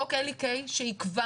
חוק אלי קיי שיקבע